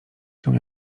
się